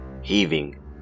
heaving